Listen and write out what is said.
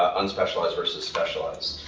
ah unspecialized versus specialized.